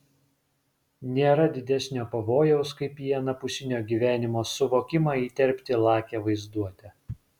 nėra didesnio pavojaus kaip į anapusinio gyvenimo suvokimą įterpti lakią vaizduotę